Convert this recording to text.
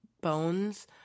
bones